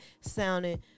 sounding